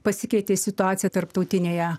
pasikeitė situacija tarptautinėje